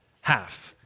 half